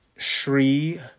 Shri